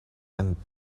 and